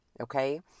Okay